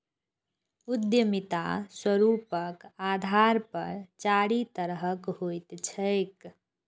उद्यमिता स्वरूपक आधार पर चारि तरहक होइत छैक